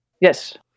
Yes